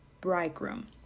bridegroom